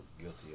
guilty